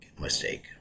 mistake